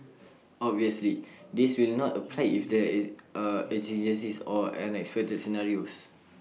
obviously this will not apply if there are exigencies or unexpected scenarios